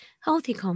healthy